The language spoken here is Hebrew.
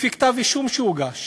לפי כתב-אישום שהוגש